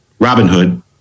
Robinhood